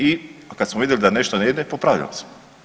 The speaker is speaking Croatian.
I kad smo vidjeli da nešto ne ide popravljalo se.